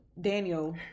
Daniel